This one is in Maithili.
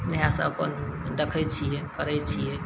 इएहसब अपन देखै छिए करै छिए